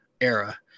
era